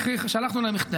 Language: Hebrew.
שלחנו להם מכתב,